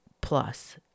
plus